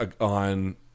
on